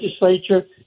legislature